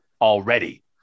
already